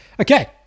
Okay